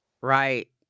right